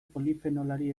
polifenolari